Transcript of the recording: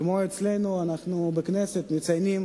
כמו שאצלנו בכנסת אנחנו מציינים